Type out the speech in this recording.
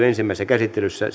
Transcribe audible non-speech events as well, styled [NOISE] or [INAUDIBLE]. [UNINTELLIGIBLE] ensimmäisessä käsittelyssä [UNINTELLIGIBLE]